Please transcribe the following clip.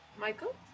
Michael